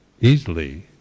easily